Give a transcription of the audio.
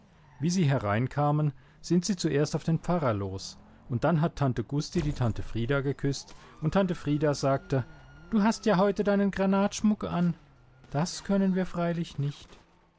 wie sie hereinkamen sind sie zuerst auf den pfarrer los und dann hat tante gusti die tante frieda geküßt und tante frieda sagte du hast ja heute deinen granatschmuck an das können wir freilich nicht